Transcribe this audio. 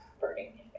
burning